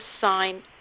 sign